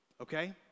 Okay